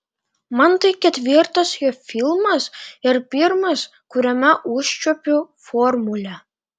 man tai ketvirtas jo filmas ir pirmas kuriame užčiuopiu formulę